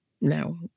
no